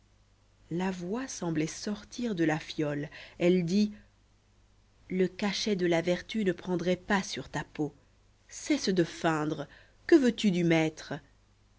la voix semblait sortir de la fiole elle dit le cachet de la vertu ne prendrait pas sur ta peau cesse de feindre que veux-tu du maître